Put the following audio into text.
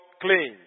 clean